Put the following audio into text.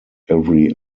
every